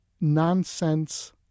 nonsense